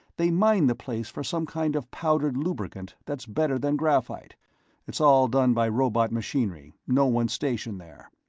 they mine the place for some kind of powdered lubricant that's better than graphite it's all done by robot machinery, no one's stationed there.